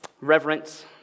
reverence